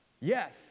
Yes